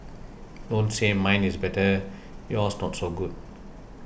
don't say mine is better yours not so good